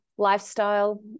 lifestyle